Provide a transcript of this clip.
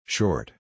Short